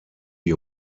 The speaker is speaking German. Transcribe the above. die